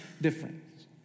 difference